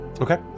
Okay